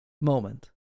moment